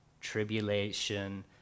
tribulation